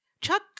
Chuck